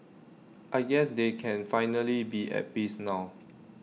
I guess they can finally be at peace now